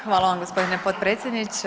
Hvala vam g. potpredsjedniče.